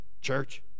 Church